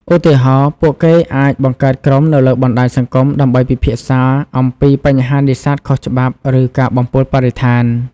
ឧទាហរណ៍ ពួកគេអាចបង្កើតក្រុមនៅលើបណ្តាញសង្គមដើម្បីពិភាក្សាអំពីបញ្ហានេសាទខុសច្បាប់ ឬការបំពុលបរិស្ថាន។